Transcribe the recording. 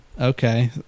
Okay